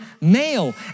male